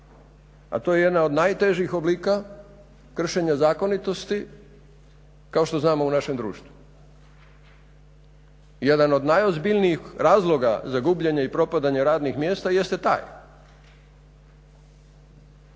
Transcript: a to je jedan od najtežih oblika kršenja zakonitosti kao što znamo u našem društvu. Jedan od najozbiljnijih razloga za gubljenje i propadanje radnih mjesta jeste taj,